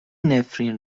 نفرین